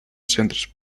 centres